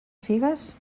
figues